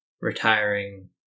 Retiring